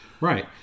Right